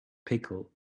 pickle